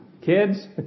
kids